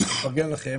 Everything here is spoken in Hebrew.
אני מפרגן לכם